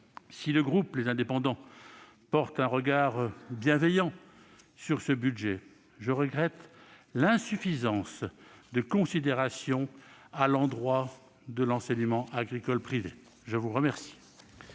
si le groupe Les Indépendants porte un regard bienveillant sur ce budget, je regrette l'insuffisance de considération à l'endroit de l'enseignement agricole privé. La parole